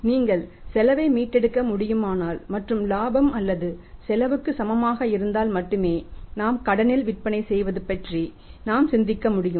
நீங்கள் செலவை மீட்டெடுக்க முடியுமானால் மற்றும் இலாபம் அல்லது செலவுக்கு சமமாக இருந்தால் மட்டுமே நாம் கடனில் விற்பனை செய்வது பற்றி நாம் சிந்திக்க முடியும்